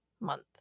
month